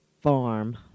farm